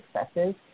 successes